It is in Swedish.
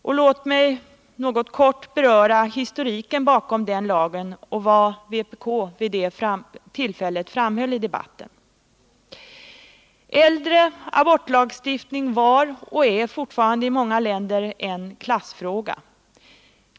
Och låt mig något beröra historiken bakom denna lag och vad vpk vid det tillfället framhöll i debatten. Äldre abortlagstiftning var och är fortfarande i många länder en klassfråga.